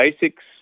basics